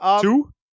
Two